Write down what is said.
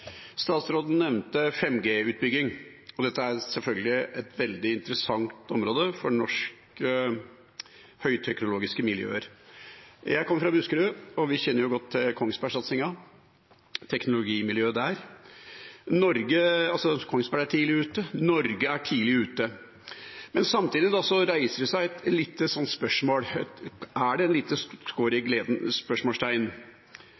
statsråden å svare på det spørsmålet. Statsråden nevnte 5G-utbygging, og dette er selvfølgelig et veldig interessant område for norske høyteknologiske miljøer. Jeg kommer fra Buskerud, og vi kjenner jo godt til Kongsberg-satsingen og teknologimiljøet der. Kongsberg er tidlig ute; Norge er tidlig ute. Samtidig reiser det seg et lite spørsmål. Er det et lite